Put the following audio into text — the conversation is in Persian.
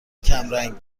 کمرنگ